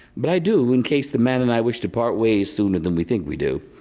but i do in case the man and i wish to part ways sooner than we think we do.